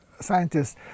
Scientists